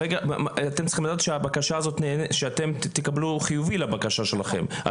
אתם צריכים לדעת שאתם תקבלו תשובה חיובית לבקשה שלכם.